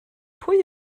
pwy